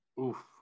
Oof